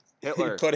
Hitler